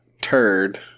turd